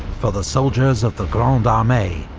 for the soldiers of the grande armee,